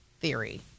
theory